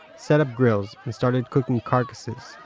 set up grills and started cooking carcasses